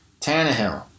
Tannehill